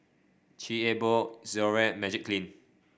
Chic A Boo Xorex Magiclean